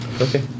Okay